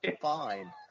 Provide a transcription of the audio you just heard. fine